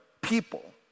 people